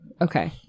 Okay